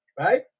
Right